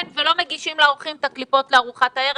לא מגישים לאורחים את הקליפות לארוחת הערב,